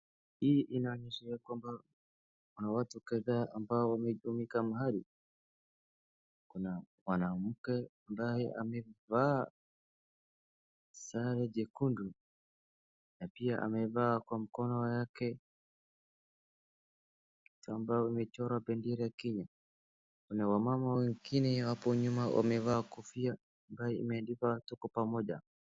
Hii inaonyesha ya kwamba kuna watu kadhaa ambao wamejumuika mahali na mwanamke ambaye amevaa sare jekundu na pia amevaa kwa mkono yake kitambaa imechorwa bendera ya Kenya na wamama wengine hapo nyuma wamevaa kofia ambayo imeandikwa tuko pamoja.